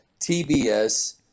TBS